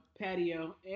patio